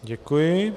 Děkuji.